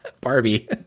Barbie